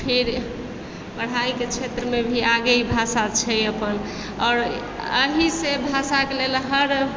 फेर पढ़ाइके क्षेत्रमे भी आगे ई भाषा छै अपन आओर अहीसँ भाषाके लेल हर